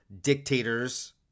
dictators